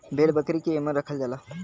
भेड़ बकरी के एमन रखल जाला